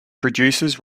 produces